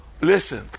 listen